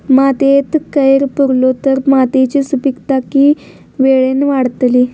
मातयेत कैर पुरलो तर मातयेची सुपीकता की वेळेन वाडतली?